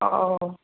ഓ ഓ